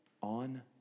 on